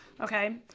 Okay